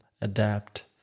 Adapt